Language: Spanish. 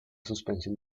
suspensión